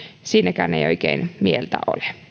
siinäkään ei ei oikein mieltä ole